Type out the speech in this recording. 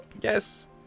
yes